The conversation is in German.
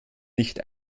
nicht